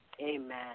Amen